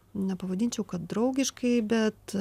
nepavadinčiau kad draugiškai bet